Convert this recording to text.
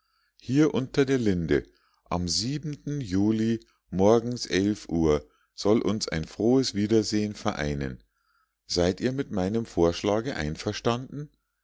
hier unter der linde am siebenten juli morgens elf uhr soll uns ein frohes wiedersehen vereinen seid ihr mit meinem vorschlage einverstanden